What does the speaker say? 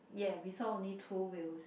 ya we saw only two whales